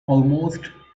almost